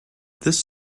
this